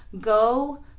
Go